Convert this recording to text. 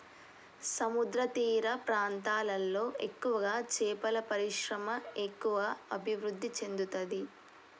సముద్రతీర ప్రాంతాలలో ఎక్కువగా చేపల పరిశ్రమ ఎక్కువ అభివృద్ధి చెందుతది